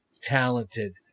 talented